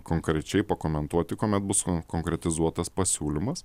konkrečiai pakomentuoti kuomet bus konkretizuotas pasiūlymas